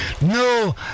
No